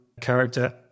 character